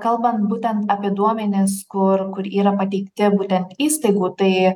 kalbant būtent apie duomenis kur kur yra pateikti būtent įstaigų tai